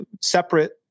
separate